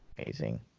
Amazing